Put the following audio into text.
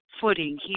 footing